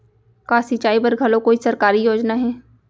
का सिंचाई बर घलो कोई सरकारी योजना हे?